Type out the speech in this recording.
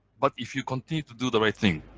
but if you continue to do the right thing,